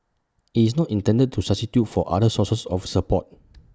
IT is not intended to substitute for other sources of support